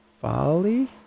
Folly